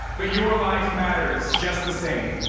but your life matters just the same.